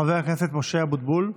חבר הכנסת משה אבוטבול,